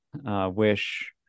Wish